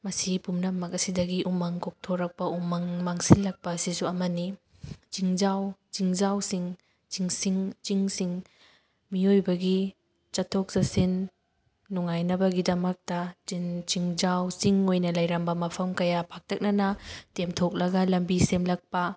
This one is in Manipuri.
ꯃꯁꯤ ꯄꯨꯝꯅꯃꯛ ꯑꯁꯤꯗꯒꯤ ꯎꯃꯪ ꯀꯣꯛꯊꯣꯔꯛꯄ ꯎꯃꯪ ꯃꯥꯡꯁꯤꯜꯂꯛꯄ ꯑꯁꯤꯁꯨ ꯑꯃꯅꯤ ꯆꯤꯡꯖꯥꯎ ꯆꯤꯡꯖꯥꯎꯁꯤꯡ ꯆꯤꯡꯁꯤꯡ ꯆꯤꯡꯁꯤꯡ ꯃꯤꯑꯣꯏꯕꯒꯤ ꯆꯠꯊꯣꯛ ꯆꯠꯁꯤꯟ ꯅꯨꯡꯉꯥꯏꯅꯕꯒꯤꯗꯃꯛꯇ ꯆꯤꯡ ꯆꯤꯡꯖꯥꯎ ꯆꯤꯡ ꯑꯣꯏꯅ ꯂꯩꯔꯝꯕ ꯃꯐꯝ ꯀꯌꯥ ꯄꯥꯛꯇꯛꯅꯅ ꯇꯦꯝꯊꯣꯛꯂꯒ ꯂꯝꯕꯤ ꯁꯦꯝꯂꯛꯄ